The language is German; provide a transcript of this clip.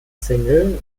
single